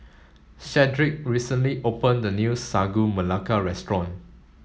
Shedrick recently opened a new Sagu Melaka restaurant